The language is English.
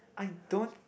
I don't